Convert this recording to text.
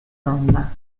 ronda